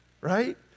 right